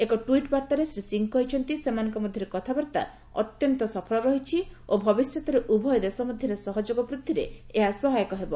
ଏକ ଟ୍ୱିଟ୍ ବାର୍ତ୍ତାରେ ଶ୍ରୀ ସିଂହ କହିଛନ୍ତି ସେମାନଙ୍କ ମଧ୍ୟରେ କଥାବାର୍ତ୍ତା ଅତ୍ୟନ୍ତ ସଫଳ ରହିଛି ଓ ଭବିଷ୍ୟତରେ ଉଭୟ ଦେଶ ମଧ୍ୟରେ ସହଯୋଗ ବୃଦ୍ଧିରେ ଏହା ସାହାଯ୍ୟ କରିବ